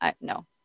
No